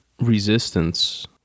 Resistance